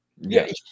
Yes